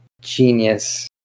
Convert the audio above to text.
genius